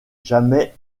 jamais